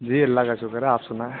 جی اللہ کا شکرہ آپ سنائیں